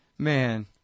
Man